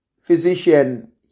physician